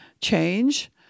change